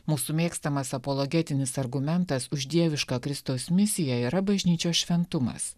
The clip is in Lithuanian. mūsų mėgstamas apologetinis argumentas už dievišką kristaus misiją yra bažnyčios šventumas